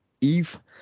Eve